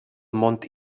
mont